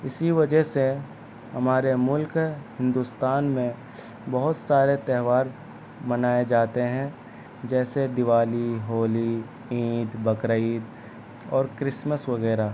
اسی وجہ سے ہمارے ملک ہندوستان میں بہت سارے تہوار منائے جاتے ہیں جیسے دیوالی ہولی عید بقرعید اور کرسکمس وغیرہ